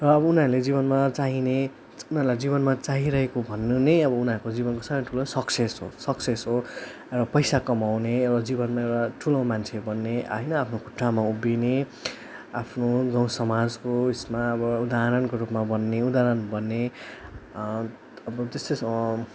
उनीहरूले जीवनमा चाहिने उनीहरूलाई जीवनमा चाहिरेहको भन्नु नै अब उनीहरूको जीवनको सानो ठुलो सक्सेस हो सक्सेस हो र पैसा कमाउने एउटा जीवनमा एउटा ठुलो मान्छे बन्ने होइन आफ्नो खुट्टामा उभिने आफ्नो गाउँ समाजको उइसमा अब उदाहरणको रूपमा बन्ने उदाहरण बन्ने अब त्यस्तै छ